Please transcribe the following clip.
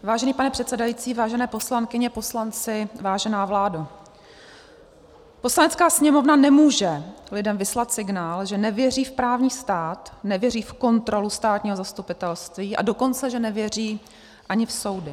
Vážený pane předsedající, vážené poslankyně, poslanci, vážená vládo, Poslanecká sněmovna nemůže lidem vyslat signál, že nevěří v právní stát, nevěří v kontrolu státního zastupitelství, a dokonce že nevěří ani v soudy.